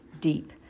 deep